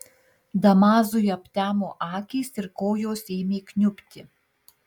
damazui aptemo akys ir kojos ėmė kniubti